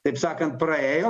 taip sakant praėjo